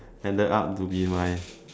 ended up to be my